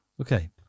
Okay